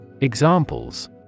Examples